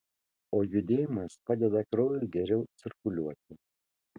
o judėjimas padeda kraujui geriau cirkuliuoti